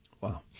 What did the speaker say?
Wow